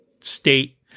state